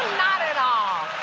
not at all!